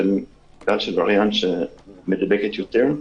זה ווריאנט שמידבק יותר.